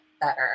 better